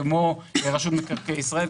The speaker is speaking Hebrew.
כמו רשות מקרקעי ישראל,